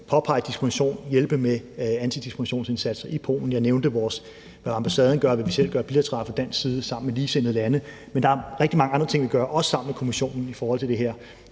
påpege diskrimination, hjælpe med antidiskriminationsindsatsen i Polen. Jeg nævnte, hvad ambassaden gør, og hvad vi selv gør bilateralt fra dansk side sammen med ligesindede lande. Men der er rigtig mange andre ting, vi gør, også sammen med Kommissionen i forhold til det her